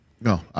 No